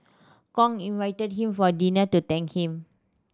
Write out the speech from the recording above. Kong invited him for dinner to thank him